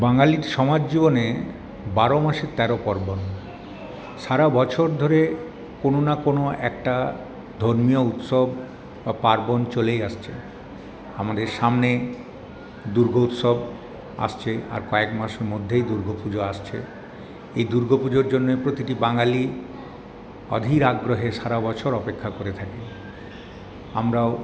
বাঙালির সমাজ জীবনে বারো মাসে তেরো পার্বন সারা বছর ধরে কোনো না কোনো একটা ধর্মীয় উৎসব বা পার্বন চলেই আসছে আমাদের সামনে দুর্গোৎসব আসছে আর কয়েক মাসের মধ্যেই দূর্গা পূজা আসছে এই দূর্গা পুজোর জন্য প্রতিটি বাঙালি অধীর আগ্রহে সারা বছর অপেক্ষা করে থাকে আমরাও